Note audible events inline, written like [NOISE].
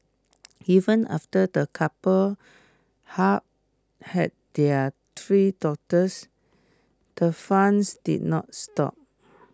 even after the couple [UNINTELLIGIBLE] had their three daughters the fun [UNINTELLIGIBLE] did not stop